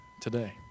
today